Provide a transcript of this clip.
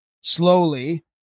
slowly